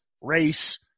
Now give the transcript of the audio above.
race